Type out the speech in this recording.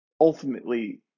ultimately